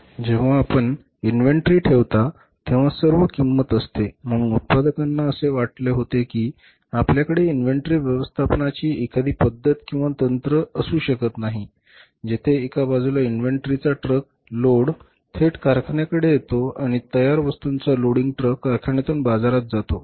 जेव्हा आपण इन्व्हेंटरी ठेवता तेव्हा सर्व किंमत असते म्हणून उत्पादकांना असे वाटले होते की आपल्याकडे इन्व्हेंटरी व्यवस्थापनाची एखादी पद्धत किंवा तंत्र असू शकत नाही जेथे एका बाजूला इन्व्हेंटरीचा ट्रक लोड थेट कारखान्याकडे येतो आणि तयार वस्तूंचा लोडिंग ट्रक कारखान्यातून बाजारात जातो